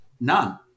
none